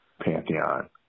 pantheon